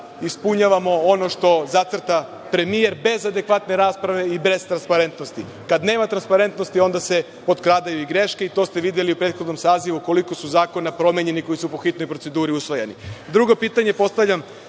ispunjavamo ono što zacrta premijer, bez adekvatne rasprave i bez transparentnosti. Kada nema transparentnosti potkradaju se i greške i to ste videli u prethodnom sazivu koliko je zakona promenjeno, koji su po hitnoj proceduru usvajani. Drugo pitanje postavljam